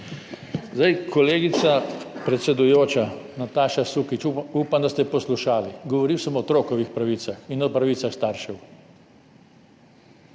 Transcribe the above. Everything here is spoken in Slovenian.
kolegica Nataša Sukič, upam, da ste poslušali. Govoril sem o otrokovih pravicah in o pravicah staršev